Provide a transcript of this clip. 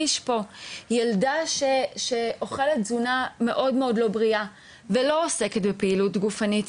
ילדה שאוכלת תזונה מאוד לא בריאה ולא עוסקת בפעילות גופנים,